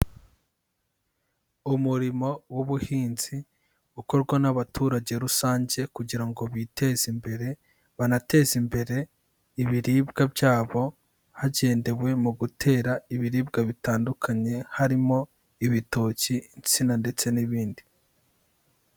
Umurimo w'ubuhinzi, ukorwa n'abaturage rusange kugira ngo biteze imbere, banateze imbere ibiribwa byabo, hagendewe mu gutera ibiribwa bitandukanye harimo ibitoki, insina ndetse n'ibindi.